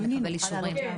נקבל אישורים.